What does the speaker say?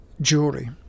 jewelry